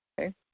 Okay